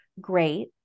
great